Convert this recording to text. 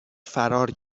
فرار